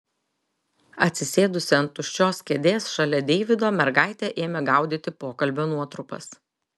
atsisėdusi ant tuščios kėdės šalia deivido mergaitė ėmė gaudyti pokalbio nuotrupas